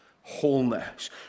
wholeness